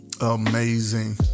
Amazing